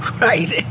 Right